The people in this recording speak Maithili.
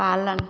पालन